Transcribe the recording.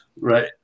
Right